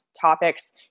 topics